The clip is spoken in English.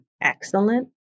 excellent